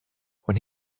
when